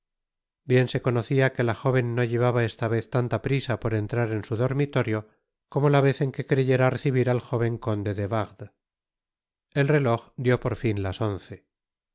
bien se conocia que la jóven no llevaba esta vez tanta prisa por entrar en su dormitorio como la vez en que creyera recibir al jóven conde de wardes el reloj dió por fin las once